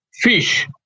fish